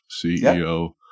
CEO